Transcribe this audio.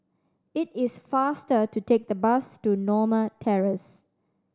it is faster to take the bus to Norma Terrace